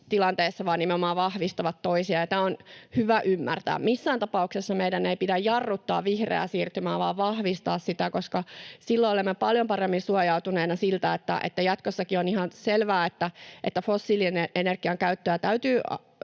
tilanteessa vaan nimenomaan vahvistavat toisiaan, ja tämä on hyvä ymmärtää. Missään tapauksessa meidän ei pidä jarruttaa vihreää siirtymää vaan vahvistaa sitä, koska silloin olemme paljon paremmin suojautuneina siltä. Jatkossakin on ihan selvää, että fossiilienergian käyttöä täytyy